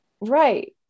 Right